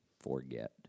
forget